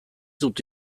dut